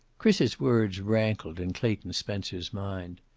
chris's words rankled in clayton spencer's mind.